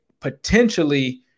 potentially